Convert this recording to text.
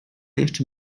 jeszcze